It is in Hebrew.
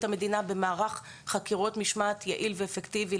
המדינה במערך חקירות משמעת יעיל ואפקטיבי,